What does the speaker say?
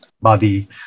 body